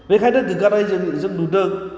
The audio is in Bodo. बेखायनो गोग्गानाय जों जों नुदों